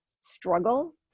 struggle